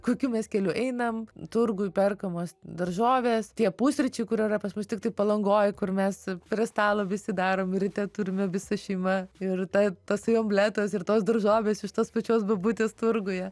kokiu keliu einam turguj perkamos daržovės tie pusryčiai kurie yra pas mus tiktai palangoj kur mes prie stalo visi darom ryte turime visa šeima ir tai tasai omletas ir tos daržovės iš tos pačios bobutės turguje